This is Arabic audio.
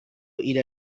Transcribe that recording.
إلى